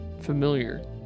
familiar